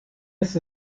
ist